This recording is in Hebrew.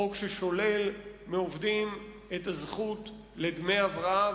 חוק ששולל מעובדים את הזכות לדמי הבראה,